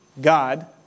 God